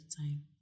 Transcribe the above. time